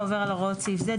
העובר על הוראות סעיף זה,